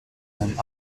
einem